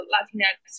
Latinx